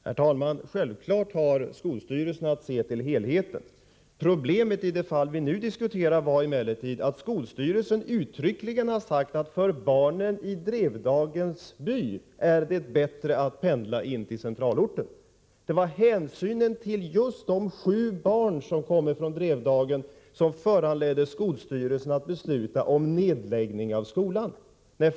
Herr talman! Självfallet har skolstyrelserna att se till helheten. Problemet i det fall som vi nu diskuterar var emellertid att skolstyrelsen uttryckligen har sagt att det för barnen i Drevdagens by är bättre att pendla in till centralorten. Det var hänsynen till just de sju barn som kommer från Drevdagen som föranledde skolstyrelsen att besluta om nedläggning av skolan.